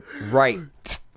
right